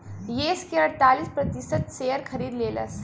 yes के अड़तालीस प्रतिशत शेअर खरीद लेलस